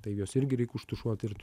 tai juos irgi reikia užtušuot ir